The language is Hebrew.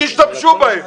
תשתמשו בהם.